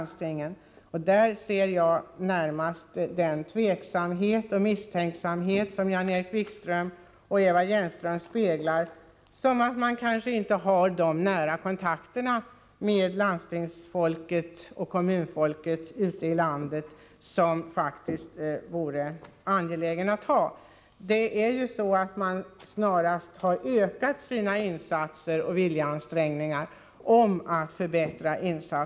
Den tveksamhet och misstänksamhet som Jan-Erik Wikström och Eva Hjelmström speglar uppfattar jag därför närmast så, att man kanske inte har de nära kontakter med landstingsfolket och kommunfolket ute i landet som det faktiskt vore angeläget att ha. — Nr 48 Landstingen har ju snarast ökat sina insatser och viljeansträngningar för att Tisdagen den förbättra inom musikområdet.